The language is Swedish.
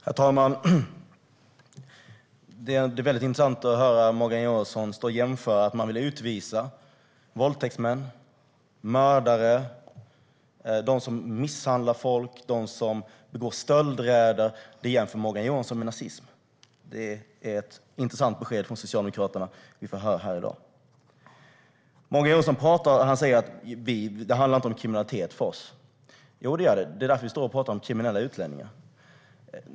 Herr talman! Det är mycket intressant att höra Morgan Johansson här. Att man vill utvisa våldtäktsmän, mördare och dem som misshandlar folk och gör stöldräder jämför Morgan Johansson med nazism. Det är ett intressant besked från Socialdemokraterna som vi får höra här i dag. Morgan Johansson säger att det inte handlar om kriminalitet för oss. Jo, det gör det. Det är därför som vi står och talar om kriminella utlänningar.